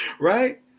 right